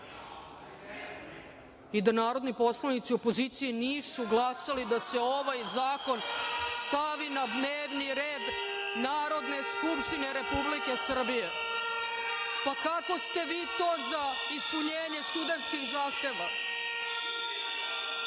poslanika. Narodni poslanici opozicije nisu glasali da se ovaj zakon stavi na dnevni red Narodne skupštine Republike Srbije. Kako ste vi to za ispunjenje studentskih zahteva? Narodna